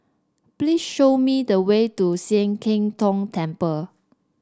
please show me the way to Sian Keng Tong Temple